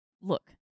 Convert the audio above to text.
Look